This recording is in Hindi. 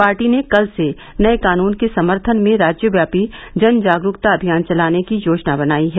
पार्टी ने कल से नये कानून के समर्थन में राज्यव्यापी जन जागरूकता अभियान चलाने की योजना बनाई है